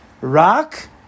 Rock